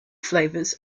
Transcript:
flavors